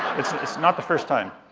it's not the first time.